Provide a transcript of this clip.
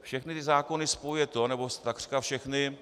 Všechny zákony spojuje to, nebo takřka všechny...